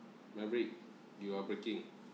maverick you are breaking